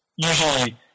Usually